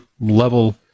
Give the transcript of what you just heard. level